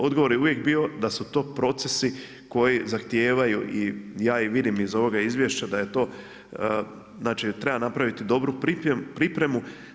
Odgovor je uvijek bio da su to procesi koji zahtijevaju i ja ih vidim iz ovoga izvješća da je to znači treba napraviti dobru pripremu.